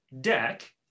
deck